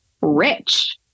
rich